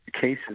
cases